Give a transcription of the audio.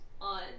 on